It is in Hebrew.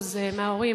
סדר-היום: